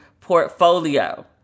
portfolio